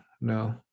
no